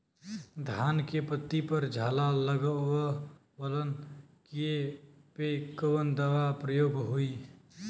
धान के पत्ती पर झाला लगववलन कियेपे कवन दवा प्रयोग होई?